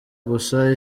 gusa